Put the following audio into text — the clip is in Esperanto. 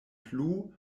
plu